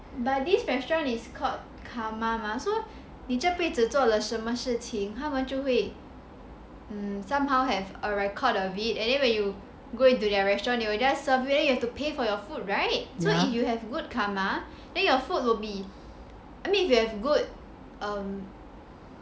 but this restaurant is called karma mah so 你这辈子做了什么事情他们就会 um somehow have a record of it and then when you go into their restaurant they will just serve you then you have to pay for your food right so if you have good karma then your food will be I mean if you have good um